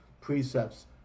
precepts